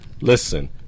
Listen